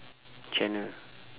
channel